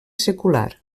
secular